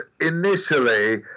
initially